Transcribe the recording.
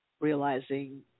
realizing